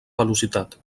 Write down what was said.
velocitat